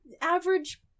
average